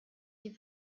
die